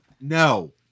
No